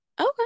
Okay